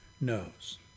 knows